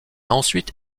ensuite